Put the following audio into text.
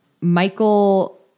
Michael